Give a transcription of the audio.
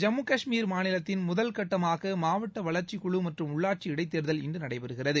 ஜம்மு காஷ்மீர் மாநிலத்தில் முதல் முறையாக மாவட்ட வளர்ச்சி குழு மற்றும் உள்ளாட்சி இடைத்தேர்தல் இன்று நடைபெறுகிறது